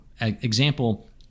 example